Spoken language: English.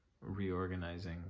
reorganizing